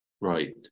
right